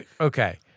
okay